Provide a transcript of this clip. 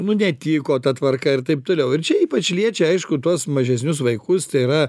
nu netiko ta tvarka ir taip toliau ir čia ypač liečia aišku tuos mažesnius vaikus tai yra